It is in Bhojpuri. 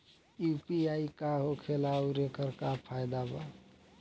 यू.पी.आई का होखेला आउर एकर का फायदा बा?